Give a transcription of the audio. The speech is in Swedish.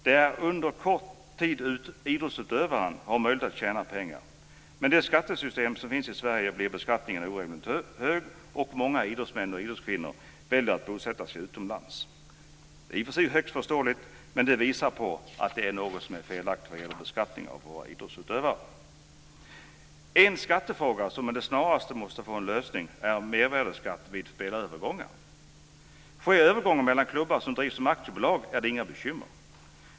Det är under kort tid idrottsutövaren har möjlighet att tjäna pengar. Med det skattesystem som finns i Sverige blir beskattningen orimligt hög. Många idrottsmän och idrottskvinnor väljer att bosätta sig utomlands. Det är i och för sig högst förståeligt. Det visar på att det är något som är felaktigt vad gäller beskattningen av våra idrottsutövare. En skattefråga som med det snaraste måste få en lösning är mervärdesskatt vid spelarövergångar. Sker övergången mellan klubbar som drivs som aktiebolag är det inga bekymmer.